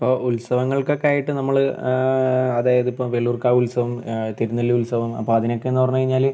അപ്പോൾ ഉത്സവങ്ങൾ ഒക്കെയായിട്ട് നമ്മൾ അതായത് ഇപ്പം വെള്ളൂർക്കാവ് ഉത്സവം തിരുനെല്ലി ഉത്സവം ഇപ്പം അതിനൊക്കേന്ന് പറഞ്ഞ് കഴിഞ്ഞാൽ